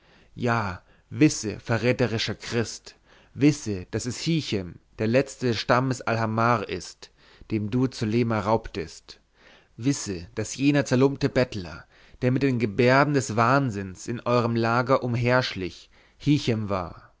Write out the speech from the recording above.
ja wisse verräterischer christ wisse daß es hichem der letzte des stammes alhamar ist dem du zulema raubtest wisse daß jener zerlumpte bettler der mit den gebärden des wahnsinns in eurem lager umherschlich hichem war